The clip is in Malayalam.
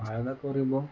വാഴ എന്നൊക്കെ പറയുമ്പം